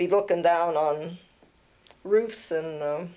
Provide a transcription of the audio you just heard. be broken down on roofs and